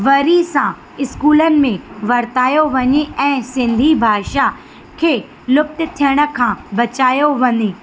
वरी सां इस्कूलनि वरितायो वञे ऐं सिंधी भाषा खे लुप्त थियण खां बचायो वञे